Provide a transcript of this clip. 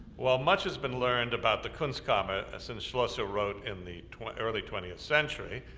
well, much has been learned about the kunstkammer ah since schlosser wrote in the early twentieth century.